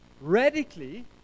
radically